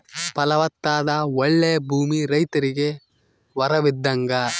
ಫಲವತ್ತಾದ ಓಳ್ಳೆ ಭೂಮಿ ರೈತರಿಗೆ ವರವಿದ್ದಂಗ